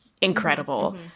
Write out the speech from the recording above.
incredible